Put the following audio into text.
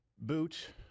boot